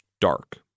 dark